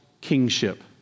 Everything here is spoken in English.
kingship